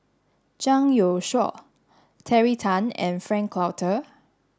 Zhang Youshuo Terry Tan and Frank Cloutier